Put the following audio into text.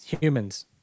humans